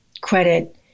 credit